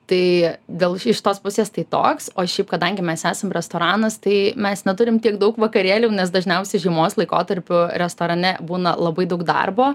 tai gal iš tos pusės tai toks o šiaip kadangi mes esam restoranas tai mes neturim tiek daug vakarėlių nes dažniausiai žiemos laikotarpiu restorane būna labai daug darbo